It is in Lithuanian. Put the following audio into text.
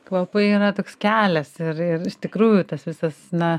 kvapai yra toks kelias ir ir iš tikrųjų tas visas na